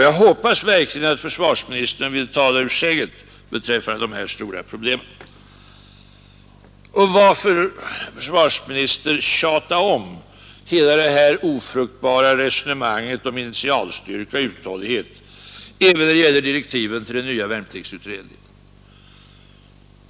Jag hoppas verkligen att försvarsministern vill tala ur skägget beträffande dessa stora problem. Och varför, herr försvarsminister, tjata om hela det ofruktbara resonemanget om initialstyrka och uthållighet även när det gäller direktiven till den nya värnpliktsutredningen?